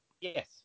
Yes